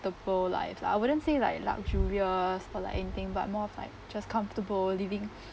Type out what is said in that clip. comfortable life lah I wouldn't say like luxurious or like anything but more of like just comfortable living